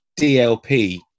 DLP